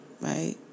right